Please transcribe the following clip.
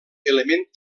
element